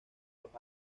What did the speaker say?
los